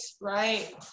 right